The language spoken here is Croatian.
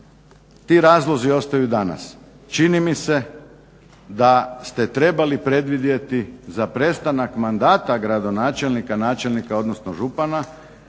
ti razlozi ostaju i danas. Čini mi se da ste trebali predvidjeti za prestanak mandata gradonačelnika, načelnika odnosno župana